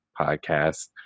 podcast